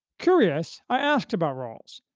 curious, i asked about rawls,